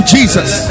Jesus